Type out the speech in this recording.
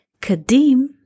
Kadim